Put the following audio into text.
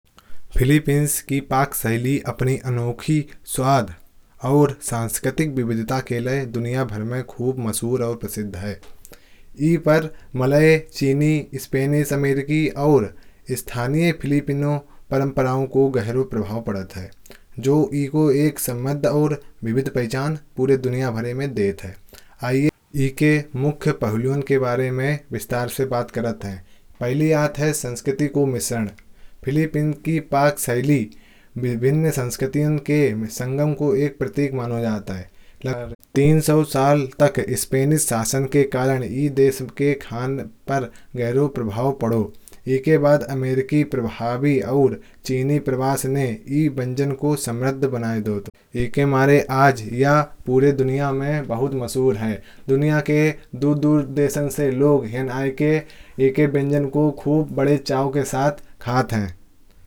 फिलिपींस की पक शैली अपनी अनोखी स्वाद और सांस्कृतिक विविधता के लिए। दुनिया भर में खूब मशहूर और प्रसिद्ध है। इस पर मलय, चीनी, स्पैनिश, अमरीकन, और स्थलीय फिलीपिनो परम्पराओं। का गहरा प्रभाव पड़ता है जो इसे एक सम्बंधित और विविध पहचान पूरे दुनिया में देता है। आइए इसके मुख्य पहलुओं के बारे में विस्तार से बात करते हैं। पहला है संस्कृति का मिश्रण फिलिपीन्स की पक शैली। विभिन्न संस्कृतियों के संगम को एक प्रतीक माना जाता है। तीन सौ साल तक स्पैनिश शासन के कारण इस देश के खान पान पर गहरा प्रभाव पड़ा। इसके बाद अमरीकन प्रभाव और चीनी प्रवासी ने इस व्यंजन को समृद्ध बनाया। आज यह पूरे दुनिया में बहुत मशहूर है। दुनिया के दूर दूर देशों से लोग इनके व्यंजनों को खूब बड़े चाव के साथ खाते हैं।